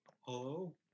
Hello